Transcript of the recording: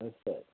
ஆ சரி